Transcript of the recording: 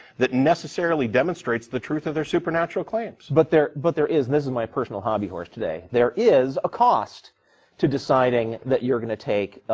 that necessarily demonstrates the truth of their supernatural claims. but there, but there is, this is my personal hobby horse today, there is a cost to deciding that you're gonna take